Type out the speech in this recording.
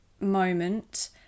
moment